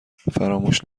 فراموش